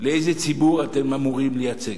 לציבור שאתם אמורים לייצג.